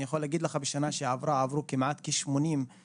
אני יכול להגיד לך שבשנה שעברה עברו כמעט 80 מושתלים.